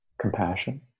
compassion